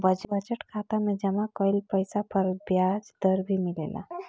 budget खाता में जमा कइल पइसा पर ब्याज दर भी मिलेला